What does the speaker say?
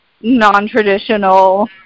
non-traditional